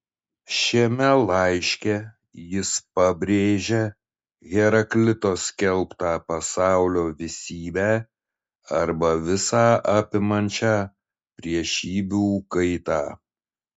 šiame laiške jis pabrėžia heraklito skelbtą pasaulio visybę arba visą apimančią priešybių kaitą